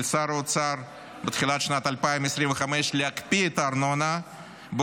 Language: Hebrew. שר האוצר להקפיא את הארנונה בתחילת שנת 2025,